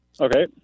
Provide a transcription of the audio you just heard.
Okay